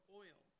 oil